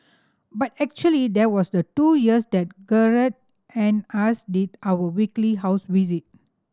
but actually there was the two years that Gerald and us did our weekly house visit